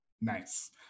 nice